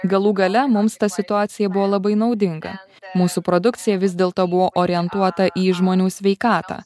galų gale mums ta situacija buvo labai naudinga mūsų produkcija vis dėl to buvo orientuota į žmonių sveikatą